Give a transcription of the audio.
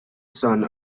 son